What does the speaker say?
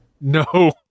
No